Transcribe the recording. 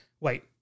wait